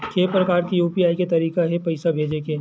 के प्रकार के यू.पी.आई के तरीका हे पईसा भेजे के?